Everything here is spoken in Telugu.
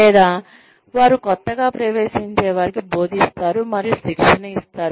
లేదా వారు కొత్తగా ప్రవేశించేవారికి బోధిస్తారు మరియు శిక్షణ ఇస్తారు